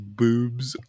boobs